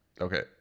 Okay